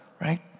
right